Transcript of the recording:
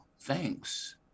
thanks